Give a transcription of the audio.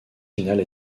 finale